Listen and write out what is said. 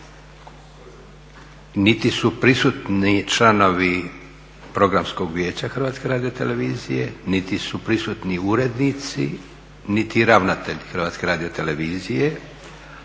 niti su prisutni članovi Programskog vijeća Hrvatske radiotelevizije, niti su prisutni urednici, niti ravnatelj Hrvatske radiotelevizije.